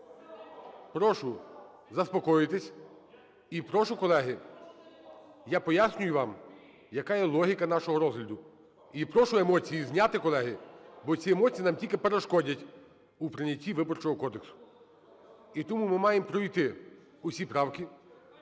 Прошу заспокоїтись і прошу, колеги… Я пояснюю вам, яка є логіка нашого розгляду. І прошу емоції зняти, колеги, бо ці емоції нам тільки перешкодять у прийнятті Виборчого кодексу. І тому ми маємо пройти усі правки.